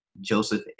Joseph